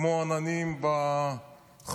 כמו עננים בחורף,